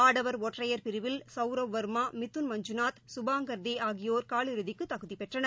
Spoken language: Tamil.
ஆடவர் ஒற்றையர் பிரிவில் சௌரவ் வர்மா மிதுன் மஞ்சுநாத் சுபாங்கர் தேஆகியோர் காலிறுதிக்குதகுதிபெற்றனர்